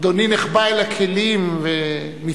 אדוני נחבא אל הכלים ומצטנע.